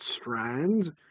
strand